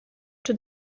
czy